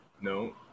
No